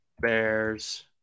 Bears